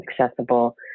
accessible